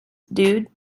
dude